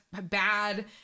bad